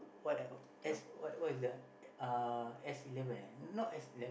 what ah S what what is it uh S-eleven eh not S-eleven